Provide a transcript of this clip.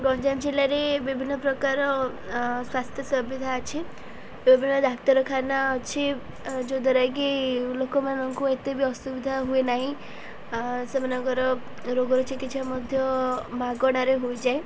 ଗଞ୍ଜାମ ଜିଲ୍ଲାରେ ବିଭିନ୍ନ ପ୍ରକାର ସ୍ୱାସ୍ଥ୍ୟ ସୁବିଧା ଅଛି ବିଭିନ୍ନ ଡାକ୍ତରଖାନା ଅଛି ଯଦ୍ୱାରା କିି ଲୋକମାନଙ୍କୁ ଏତେ ବିି ଅସୁବିଧା ହୁଏ ନାହିଁ ସେମାନଙ୍କର ରୋଗରୁ ଚିକିତ୍ସା ମଧ୍ୟ ମାଗଣାରେ ହୋଇଯାଏ